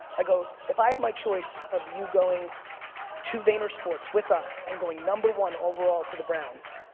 i go, if i had my choice of you going to vaynersports with us and going number one overall to the browns,